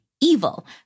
evil